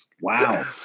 Wow